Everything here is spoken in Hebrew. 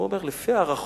הוא אומר: לפי הערכות,